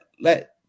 let